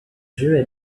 jeu